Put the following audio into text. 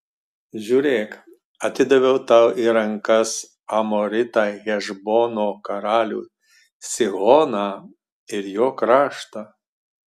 žiūrėk atidaviau tau į rankas amoritą hešbono karalių sihoną ir jo kraštą